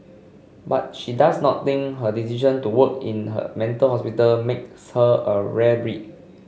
but she does not think her decision to work in her mental hospital makes her a rare breed